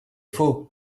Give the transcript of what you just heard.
faux